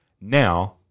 Now